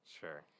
Sure